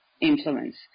influence